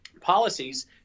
policies